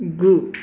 गु